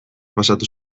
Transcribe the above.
pasatu